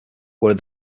where